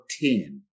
ten